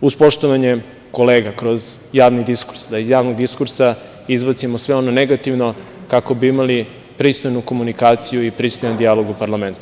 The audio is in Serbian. uz poštovanje kolega kroz javni diskurs, da iz javnog diskursa izbacimo sve ono negativno, kako bi imali pristojan dijalog i pristojnu komunikaciju u parlamentu.